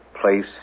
place